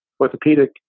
orthopedic